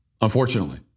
unfortunately